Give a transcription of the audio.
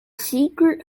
secret